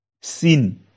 sin